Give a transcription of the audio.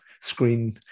screen